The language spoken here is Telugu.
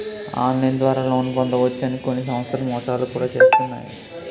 ఆన్లైన్ ద్వారా లోన్ పొందవచ్చు అని కొన్ని సంస్థలు మోసాలు కూడా చేస్తున్నాయి